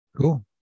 Cool